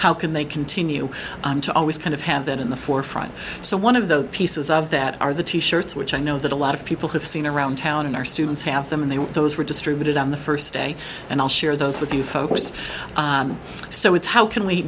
how can they continue to always kind of have that in the forefront so one of the pieces of that are the t shirts which i know that a lot of people have seen around town in our students have them and they were those were distributed on the first day and i'll share those with you folks so it's how can we